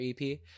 EP